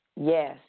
Yes